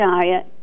diet